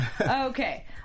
Okay